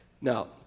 Now